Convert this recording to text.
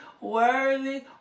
worthy